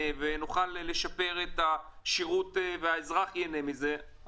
ונוכל לשפר את השירות והאזרח ייהנה מזה,